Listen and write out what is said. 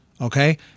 Okay